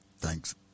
Thanks